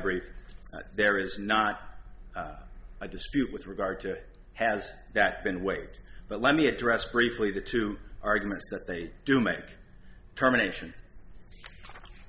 brief there is not a dispute with regard to it has that been waived but let me address briefly the two arguments that they do make terminations